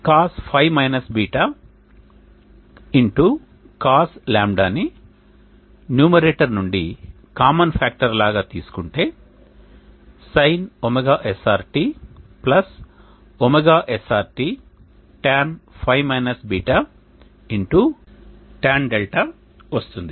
Cosϕ - β Cos 𝛿 ని numerator నుండి common factor లాగ తీసుకుంటే Sin ωsrt ωsrt Tanϕ - β tan 𝛿 వస్తుంది